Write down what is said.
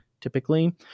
Typically